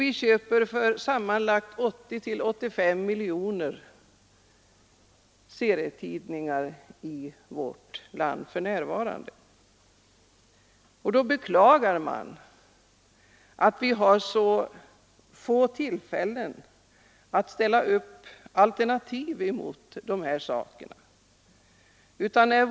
Vi köper för närvarande i vårt land serietidningar för sammanlagt 80—85 miljoner kronor om året. Man måste beklaga att vi har så få tillfällen att visa upp alternativ till dessa tidningar.